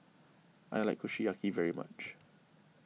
I like Kushiyaki very much